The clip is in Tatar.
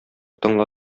тыңла